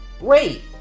wait